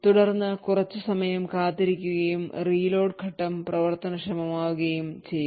തുടർന്ന് കുറച്ച് സമയം കാത്തിരിക്കുകയും reload ഘട്ടം പ്രവർത്തനക്ഷമമാക്കുകയും ചെയ്യുന്നു